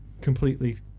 completely